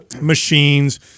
machines